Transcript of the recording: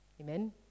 Amen